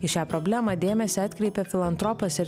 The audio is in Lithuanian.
į šią problemą dėmesį atkreipė filantropas ir